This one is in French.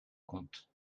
compte